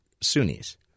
Sunnis